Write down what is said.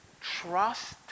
trust